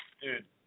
dude